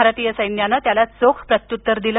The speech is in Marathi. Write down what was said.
भारतीय सैन्यानं त्याला चोख प्रत्युत्तर दिलं